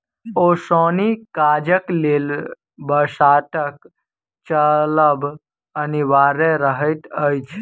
ओसौनी काजक लेल बसातक चलब अनिवार्य रहैत अछि